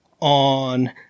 on